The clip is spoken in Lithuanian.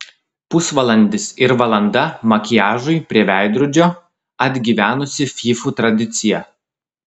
pusvalandis ir valanda makiažui prie veidrodžio atgyvenusi fyfų tradicija